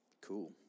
Cool